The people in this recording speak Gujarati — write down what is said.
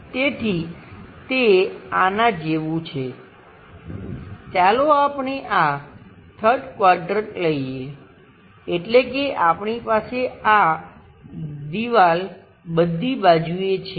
તેથી તે આના જેવું છે ચાલો આપણે આ 3rd ક્વાડ્રંટ લઈએ એટલે કે આપણી પાસે આ દિવાલ બધી બાજુએ છે